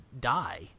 die